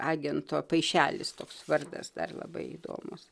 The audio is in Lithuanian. agento paišelis toks vardas dar labai įdomūs